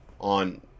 on